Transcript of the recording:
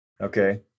Okay